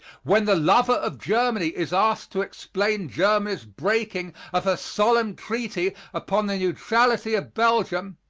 when the lover of germany is asked to explain germany's breaking of her solemn treaty upon the neutrality of belgium,